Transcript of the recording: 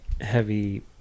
heavy